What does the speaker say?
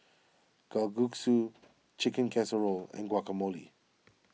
Kalguksu Chicken Casserole and Guacamole